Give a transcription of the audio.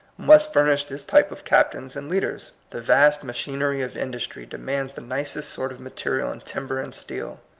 must furnish this type of captains and lead ers. the vast machinery of industry de mands the nicest sort of material in timber and steel.